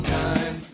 time